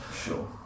Sure